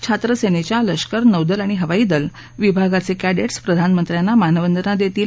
छात्र सैनेच्या लष्कर नौदल आणि हवाई दल विभागाचे कैडे ऊ प्रधानमंत्र्यांना मानवंदना देतील